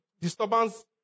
disturbance